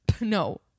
No